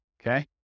Okay